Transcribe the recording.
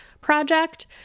project